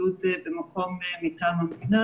בבידוד במקום מטעם המדינה,